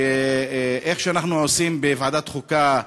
שכמו שאנחנו עושים בוועדת החוקה,